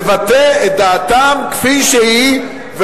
לבטא את דעתם כפי שהיא,